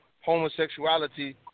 homosexuality